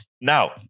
Now